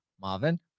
Marvin